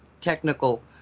technical